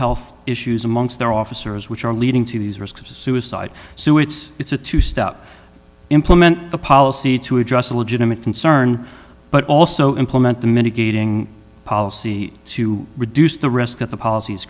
health issues amongst their officers which are leading to these risks of suicide so it's it's a two step implement a policy to address a legitimate concern but also implement the mitigating policy to reduce the risk that the polic